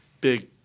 big